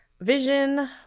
vision